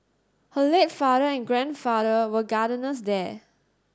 her late father and grandfather were gardeners there